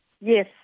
yes